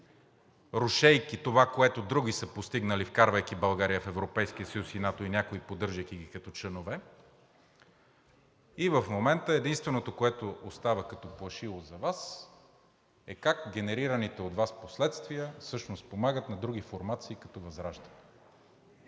рушейки това, което други са постигнали, вкарвайки България в Европейския съюз и НАТО, и някои поддържайки ги като членове. В момента единственото, което остава като плашило за Вас, е как генерираните от Вас последствия всъщност помагат на други формации като ВЪЗРАЖДАНЕ.